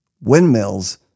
windmills